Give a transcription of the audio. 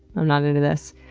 i'm not into this.